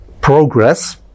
progress